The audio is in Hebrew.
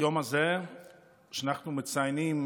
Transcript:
ביום הזה אנחנו מציינים